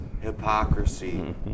hypocrisy